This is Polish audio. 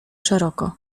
szeroko